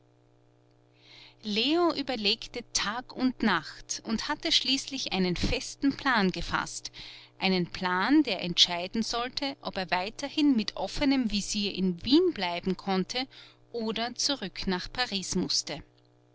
leo überlegte tag und nacht und hatte schließlich einen festen plan gefaßt einen plan der entscheiden sollte ob er weiterhin mit offenem visier in wien bleiben konnte oder zurück nach paris mußte